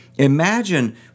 Imagine